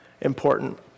important